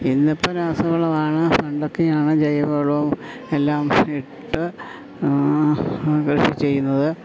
ഇന്നിപ്പം രാസവളമാണ് പണ്ടൊക്കെയാണ് ജൈവ വളവും എല്ലാം ഇട്ട് കൃഷി ചെയ്യുന്നത്